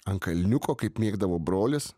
ant kalniuko kaip mėgdavo brolis